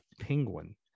penguin